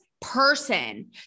person